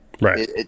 Right